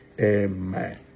Amen